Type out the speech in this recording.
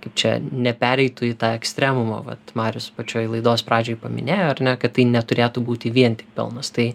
kaip čia nepereitų į tą ekstremumą vat marius pačioj laidos pradžioj paminėjo ar ne kad tai neturėtų būti vien tik pelnas tai